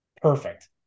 perfect